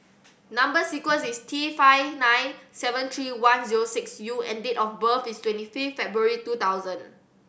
number sequence is T five nine seven three one zero six U and date of birth is twenty fifth February two thousand